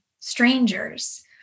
strangers